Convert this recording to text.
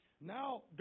Now